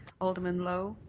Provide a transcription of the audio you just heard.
alderman lowe